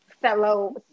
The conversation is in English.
fellow